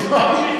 אני לא.